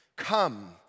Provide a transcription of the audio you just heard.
Come